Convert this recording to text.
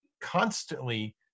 constantly